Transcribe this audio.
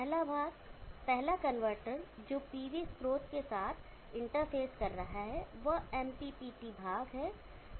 पहला भाग पहला कनवर्टर जो पीवी स्रोत के साथ इंटरफेस कर रहा है वह MPPT भाग है